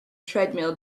treadmill